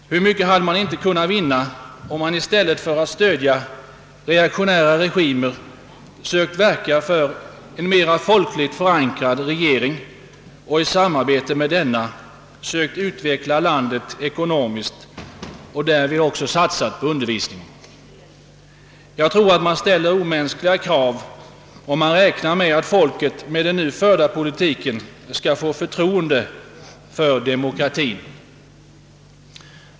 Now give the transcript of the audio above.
Hur mycket hade man inte kunnat vinna, om man i stället för att stödja reaktionära regimer verkat för en mera folkligt förankrad regering och i samarbete med denna sökt utveckla landet ekonomiskt och därvid också satsat på utbildningen! Jag tror att man ställer omänskliga krav om man räknar med att folket med den nu förda politiken skall få förtroende för demokratien.